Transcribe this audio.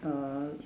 err